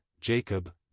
Jacob